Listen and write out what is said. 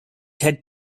had